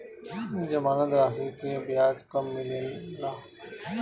जमानद राशी के ब्याज कब मिले ला?